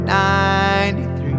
93